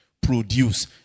produce